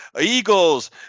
Eagles